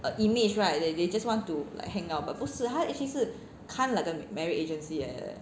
a image right that they just want to like hang out but 不是他 actually 是他 like a marriage agency leh